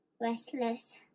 restless